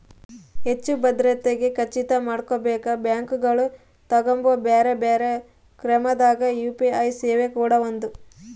ಹೆಚ್ಚು ಭದ್ರತೆಗೆ ಖಚಿತ ಮಾಡಕೊಂಬಕ ಬ್ಯಾಂಕುಗಳು ತಗಂಬೊ ಬ್ಯೆರೆ ಬ್ಯೆರೆ ಕ್ರಮದಾಗ ಯು.ಪಿ.ಐ ಸೇವೆ ಕೂಡ ಒಂದು